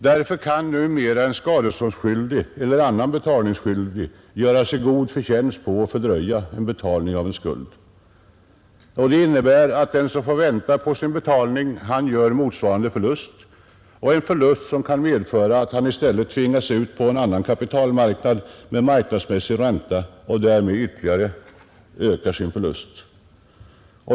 Därför kan numera en skadeståndsskyldig — eller annan betalningsskyldig — göra sig en god förtjänst på att fördröja betalning av skuld. Det innebär att den som får vänta på sin betalning gör motsvarande förlust — en förlust som kan medföra att han i stället tvingas låna kapital med marknadsmässig ränta — och därmed ytterligare ökar sin förlust.